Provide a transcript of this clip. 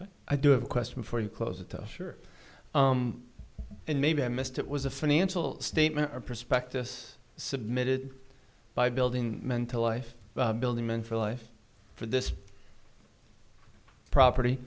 but i do have a question for you close it to us here and maybe i missed it was a financial statement or prospectus submitted by building mental life building men for life for this property